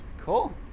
Cool